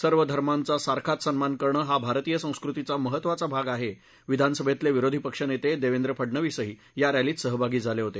सर्व धर्मांचा सारखाच सन्मान करणं हा भारतीय संस्कृतीचा महत्त्वाचा भाग आहे विधानसभेतले विरोधी पक्षनेते देवेंद्र फडनवीसही या रॅलीत सहभागी झाले होते